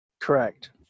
Correct